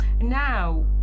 now